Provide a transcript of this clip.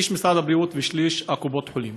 שליש משרד הבריאות ושליש קופות החולים.